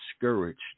discouraged